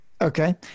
okay